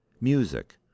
music